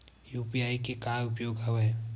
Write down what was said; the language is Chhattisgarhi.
यू.पी.आई के का उपयोग हवय?